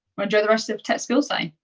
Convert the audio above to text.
well enjoy the rest of tech skills day.